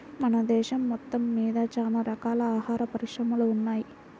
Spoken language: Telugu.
మన దేశం మొత్తమ్మీద చానా రకాల ఆహార పరిశ్రమలు ఉన్నయ్